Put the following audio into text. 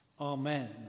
amen